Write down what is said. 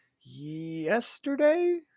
yesterday